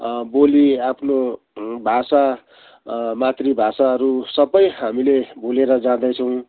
बोली आफ्नो भाषा मातृभाषाहरू सबै हामीले भुलेर जाँदैछौँ